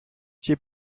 she